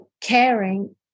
caring